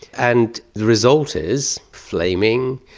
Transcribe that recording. and the result is flaming,